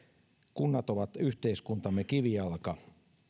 kunnat ovat yhteiskuntamme kivijalka